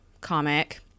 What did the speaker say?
comic